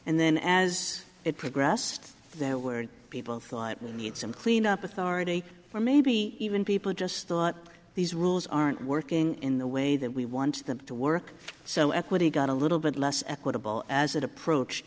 and then as it progressed that where people thought we need some cleanup authority or maybe even people just thought these rules aren't working in the way that we want them to work so at one we got a little bit less equitable as it approached